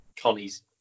connie's